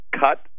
cut